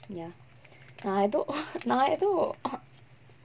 ya நா எதோ:naa etho நா எதோ:naa etho